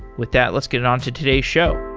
with that, let's get on to today's show.